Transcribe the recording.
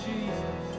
Jesus